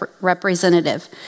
representative